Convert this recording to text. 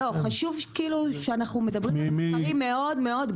חשוב שאנחנו מדברים על מספרים מאוד מאוד גבוהים.